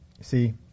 see